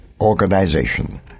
organization